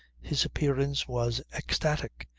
his appearance was ecstatic,